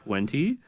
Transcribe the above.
Twenty